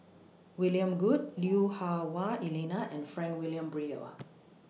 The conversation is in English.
William Goode Lui Hah Wah Elena and Frank Wilmin Brewer